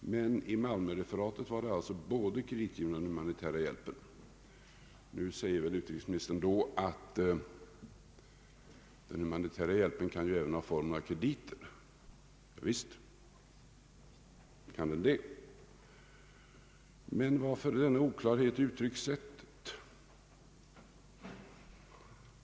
Men enligt Malmöreferatet var det alltså fråga om både kreditgivningen och den humanitära hjälpen. Nu säger väl utrikesministern att den humanitära hjälpen även kan ha form av krediter. Ja, visst kan den ha det. Men varför denna oklarhet i uttryckssättet?